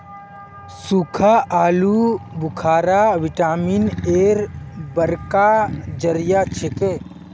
सुक्खा आलू बुखारा विटामिन एर बड़का जरिया छिके